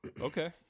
Okay